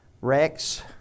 Rex